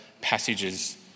passages